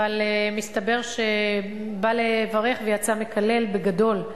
אבל מסתבר שבא לברך ויצא מקלל בגדול.